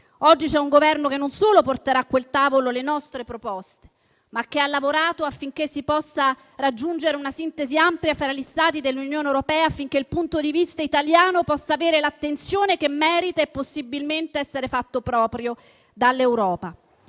Oggi c'è un Governo che non solo porterà a quel tavolo le nostre proposte, ma che ha lavorato affinché si possa raggiungere una sintesi ampia fra gli Stati dell'Unione europea, affinché il punto di vista italiano possa avere l'attenzione che merita e possibilmente essere fatto proprio dall'Europa.